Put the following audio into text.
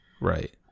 right